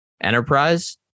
enterprise